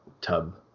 tub